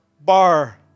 bar